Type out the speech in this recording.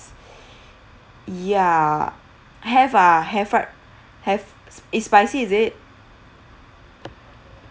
ya have ah have fried have s~ is spicy is it